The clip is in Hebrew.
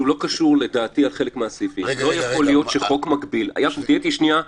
שהוא לא קשור לדעתי לחלק מהסעיפים תהיה איתי שנייה,